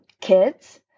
kids